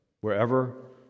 wherever